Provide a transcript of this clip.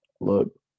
Look